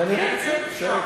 כנראה, כן.